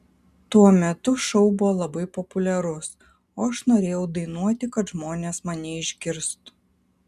tuo metu šou buvo labai populiarus o aš norėjau dainuoti kad žmonės mane išgirstų